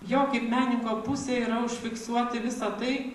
jo kaip menininko pusė yra užfiksuoti visa tai